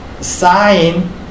Sign